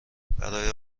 برای